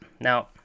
Now